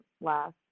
last